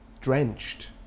drenched